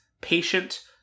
patient